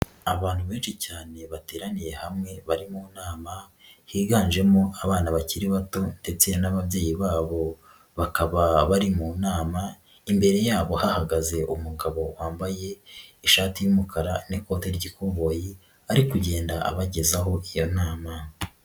Abantu benshi cyane bateraniye hamwe bari mu nama, higanjemo abana bakiri bato ndetse n'ababyeyi babo, bakaba bari mu nama imbere yabo hahagaze umugabo wambaye ishati y'umukara n'ikote ry'ikoboyi ari kugenda abagezaho iyo nama.